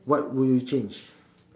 what will you change